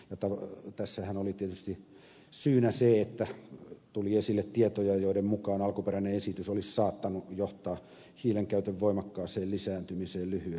tässähän oli tietysti syynä se että tuli esille tietoja joiden mukaan alkuperäinen esitys olisi saattanut johtaa hiilenkäytön voimakkaaseen lisääntymiseen lyhyellä ajalla